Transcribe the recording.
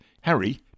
Harry